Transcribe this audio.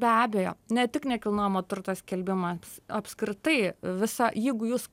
be abejo ne tik nekilnojamo turto skelbimams apskritai visą jeigu jūs